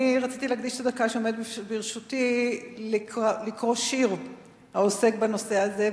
רציתי להקדיש את הדקה שעומדת לרשותי לקרוא שיר העוסק בנושא הזה,